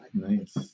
nice